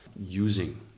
using